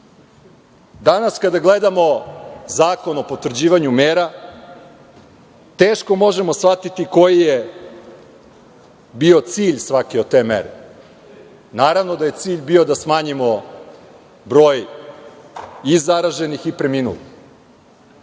kada gledamo Zakon o potvrđivanju mera teško možemo shvatiti koji je bio cilj svake od te mere. Naravno da je cilj bio da smanjimo broj i zaraženih i preminulih,